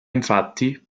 infatti